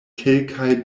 kelkaj